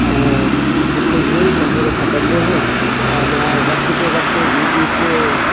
ऐं मूंखे उहो ई कैमरो खपंदो हुओ ऐं मां वक़्तु ते वक़्तु यूट्यूब ते